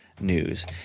news